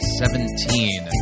seventeen